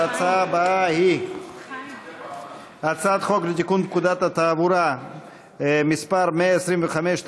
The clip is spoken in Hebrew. ההצעה הבאה היא הצעת חוק לתיקון פקודת התעבורה (מס' 125),